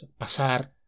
Pasar